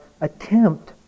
attempt